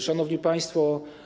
Szanowni Państwo!